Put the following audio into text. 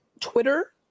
twitter